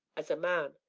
as a man.